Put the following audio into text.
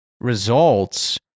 results